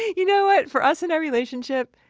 you know what, for us and our relationship,